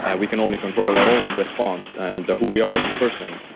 ah we can only control our own response and who we are as a person.